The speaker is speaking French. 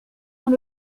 dans